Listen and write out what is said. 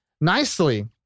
nicely